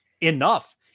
enough